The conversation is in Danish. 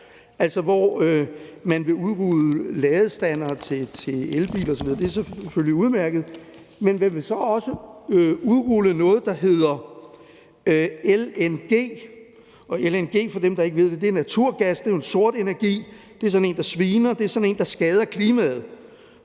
går, hvor man vil udrulle ladestandere til elbiler, og det er selvfølgelig udmærket, men man vil så også udrulle noget, der hedder LNG, og for dem, der ikke ved det, er LNG naturgas, og det er jo en sort energi, det er sådan en, der sviner, det er sådan en, der skader klimaet.